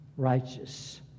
Righteous